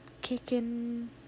Kicking